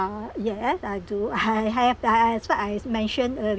yeah I do I have I have like I as what I has mention earlier